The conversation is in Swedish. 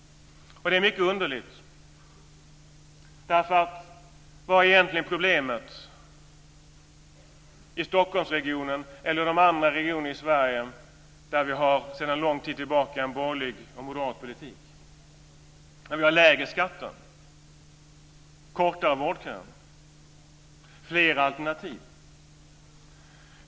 Det är mycket underligt. Vad är egentligen problemet i Stockholmsregionen eller i de andra regionerna i Sverige där vi sedan lång tid tillbaka har en borgerlig och moderat politik? Vi har lägre skatter, kortare vårdköer och fler alternativ.